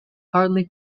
hardly